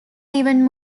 even